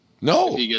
No